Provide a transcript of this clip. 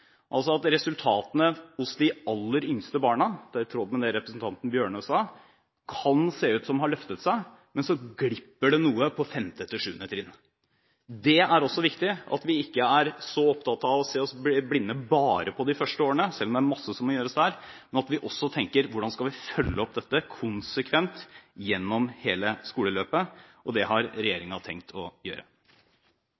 altså at resultatene hos de aller yngste barna – det er i tråd med det representanten Bjørnø sa – kan se ut som å ha løftet seg, men så glipper det noe på 5.–7. trinn. Det er også viktig at vi ikke er så opptatt av å se oss blinde på bare de første årene, selv om det er masse som må gjøres der, men at vi også tenker: Hvordan skal vi følge opp dette konsekvent gjennom hele skoleløpet? Det har